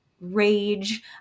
rage